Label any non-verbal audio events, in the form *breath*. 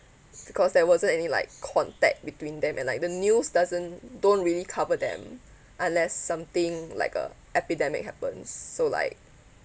it's because there wasn't any like contact between them and like the news doesn't don't really cover them *breath* unless something like a epidemic happens so like